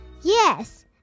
Yes